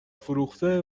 فروخته